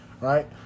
right